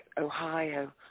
Ohio